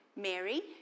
Mary